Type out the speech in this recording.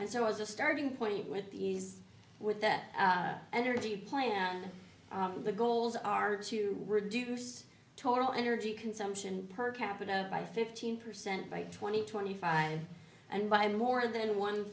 and so as a starting point with the ease with that energy plan the goals are to reduce total energy consumption per capita by fifteen percent by twenty twenty five and by more than one